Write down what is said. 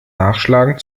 nachschlagen